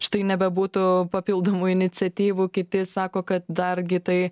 štai nebebūtų papildomų iniciatyvų kiti sako kad dargi tai